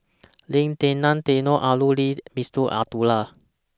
Lim Denan Denon Aaron Lee Abdullah